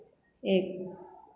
एक